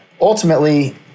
ultimately